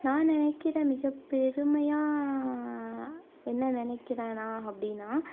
நான் நினக்கிற மிகப்பெருமையாக என்ன நினக்கிறேன் நான் அப்படின்னா